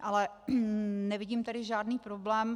Ale nevidím tady žádný problém.